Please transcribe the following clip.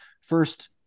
first